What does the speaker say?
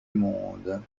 monde